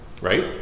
Right